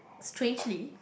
strangely